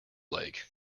lake